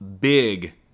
big